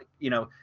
you know,